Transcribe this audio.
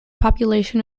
population